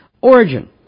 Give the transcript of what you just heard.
Origin